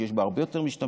שיש בה הרבה יותר משתמשים,